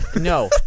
no